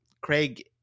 Craig